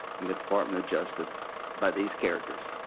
and the department of justice by these characters.